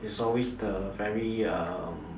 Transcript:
is always the very um